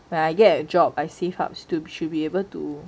when I get a job I save up should be able to